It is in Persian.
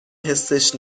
حسش